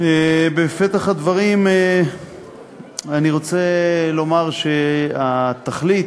בפתח הדברים אני רוצה לומר שהתכלית,